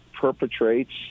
perpetrates